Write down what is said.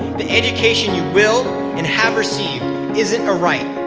the education you will and have received isn't a right,